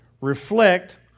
reflect